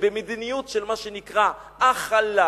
ובמדיניות של מה שנקרא הכלה,